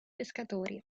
pescatori